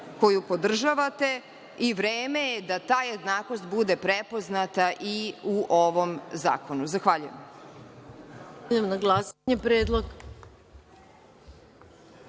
koju podržavate i vreme je da ta jednakost bude prepoznata i u ovom zakonu. Zahvaljujem.